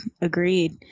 Agreed